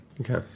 Okay